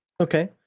Okay